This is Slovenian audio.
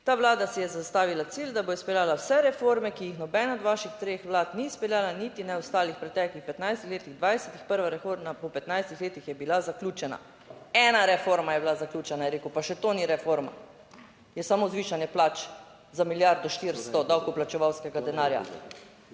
Ta vlada si je zastavila cilj, da bo izpeljala vse reforme, ki jih nobena od vaših treh vlad ni izpeljala, niti ne ostalih preteklih 15 letih, 20. Prva reforma po 15 letih je bila zaključena. Ena reforma je bila zaključena, je rekel, pa še to ni reforma. Je samo zvišanje plač za milijardo 400 davkoplačevalskega denarja.